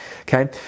Okay